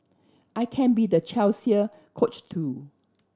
I can be the Chelsea Coach too